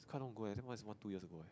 can't don't go the same one is two years ago